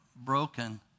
broken